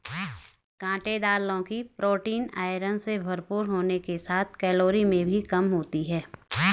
काँटेदार लौकी protein, iron से भरपूर होने के साथ कैलोरी में भी कम होती है